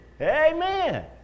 Amen